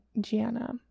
Gianna